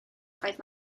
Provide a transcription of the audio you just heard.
oedd